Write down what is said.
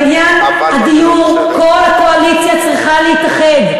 אבל בעניין הדיור כל הקואליציה צריכה להתאחד,